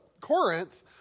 Corinth